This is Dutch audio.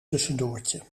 tussendoortje